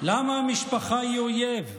למה המשפחה היא אויב?